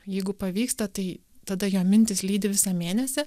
jeigu pavyksta tai tada jo mintys lydi visą mėnesį